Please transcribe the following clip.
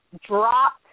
dropped